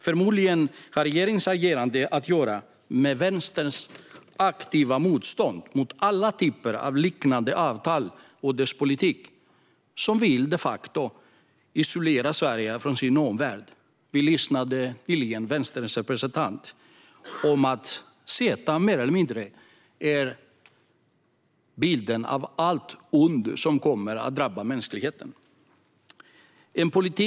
Förmodligen har regeringens agerande att göra med Vänsterns aktiva motstånd mot alla typer av liknande avtal och med dess politik, som de facto vill isolera Sverige från omvärlden. Vi hörde nyligen Vänsterns representant säga att CETA mer eller mindre är bilden av allt ont som kommer att drabba mänskligheten. Herr talman!